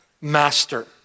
master